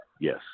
Yes